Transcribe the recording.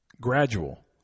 Gradual